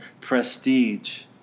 prestige